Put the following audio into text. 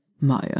Maya